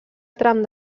tram